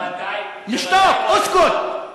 אוסקוט.